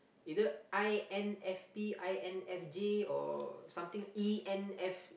either i_n_f_p i_n_f_j or something e_n_f